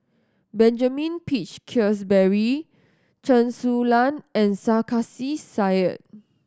Benjamin Peach Keasberry Chen Su Lan and Sarkasi Said